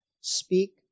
Speak